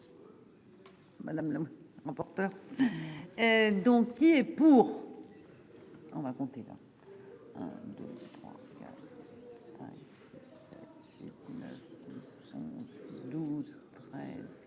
Madame la. Portable. Donc qui est pour. On va compter là.